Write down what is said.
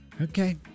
Okay